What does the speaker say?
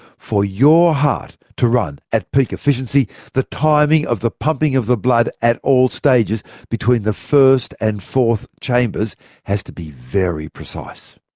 for your heart to run at peak efficiency, the timing of the pumping of the blood at all stages between the first and fourth chambers has to be very precise.